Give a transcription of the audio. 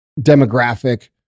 demographic